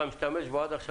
אני משתמש בו עד עכשיו,